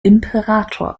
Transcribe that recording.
imperator